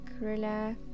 relax